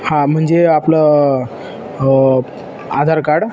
हा म्हणजे आपलं आधार कार्ड